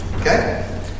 Okay